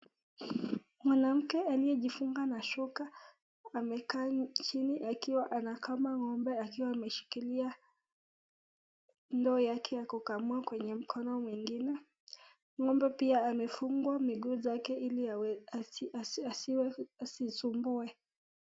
Mwanamke aliyejifunga na shuka, amekaa chini akiwa anakama ngombe akiwa ameshikilia ndoo yake ya kukamua kwenye mkono mwingine, ngombe pia amefungwa miguu zake ili asiwe asisumbue.